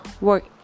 work